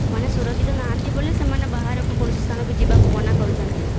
ସେମାନେ ସୁରକ୍ଷିତ ନାହାନ୍ତି ବୋଲି ସେମାନେ ବାହାରକୁ କୌଣସି ସ୍ଥାନକୁ ଯିବାକୁ ମନା କରୁଛନ୍ତି